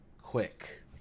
quick